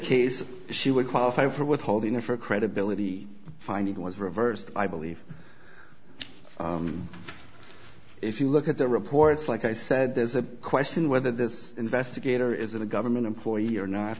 case she would qualify for withholding or for credibility finding was reversed i believe if you look at the reports like i said there's a question whether this investigator is the government employee or not